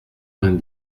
vingt